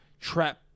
trap